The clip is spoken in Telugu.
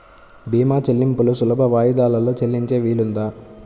భీమా చెల్లింపులు సులభ వాయిదాలలో చెల్లించే వీలుందా?